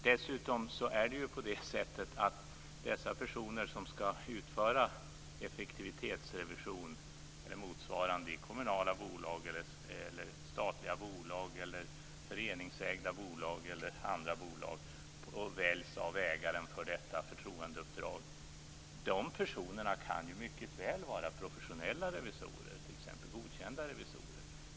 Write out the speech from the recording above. Dessutom är det så att de personer som skall utföra effektivitetsrevision eller motsvarande revision i kommunala, statliga, föreningsägda eller andra bolag och väljs av ägarna för detta förtroendeuppdrag mycket väl kan vara professionella revisorer, t.ex. godkända revisorer.